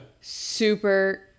Super